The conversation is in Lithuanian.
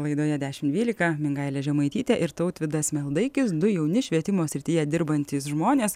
laidoje dešim dvylika mingailė žemaitytė ir tautvydas meldaikis du jauni švietimo srityje dirbantys žmonės